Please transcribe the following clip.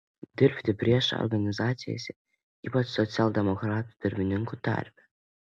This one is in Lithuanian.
dirbti priešo organizacijose ypač socialdemokratų darbininkų tarpe